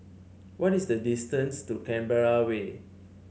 what is the distance to Canberra Way